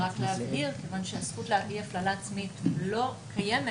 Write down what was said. כיוון שהזכות להביא הפללה עצמית לא קיימת